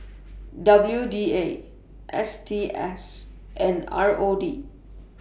W D A S T S and R O D